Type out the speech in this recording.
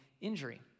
injury